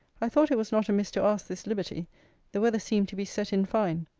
i thought it was not amiss to ask this liberty the weather seemed to be set in fine.